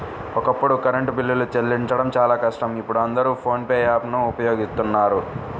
ఒకప్పుడు కరెంటు బిల్లులు చెల్లించడం చాలా కష్టం ఇప్పుడు అందరూ ఫోన్ పే యాప్ ను వినియోగిస్తున్నారు